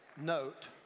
note